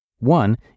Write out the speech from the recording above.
one